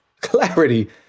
clarity